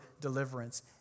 deliverance